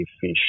fish